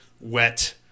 wet